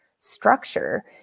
structure